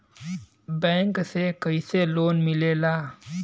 Bank से कइसे loan मिलेला?